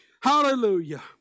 Hallelujah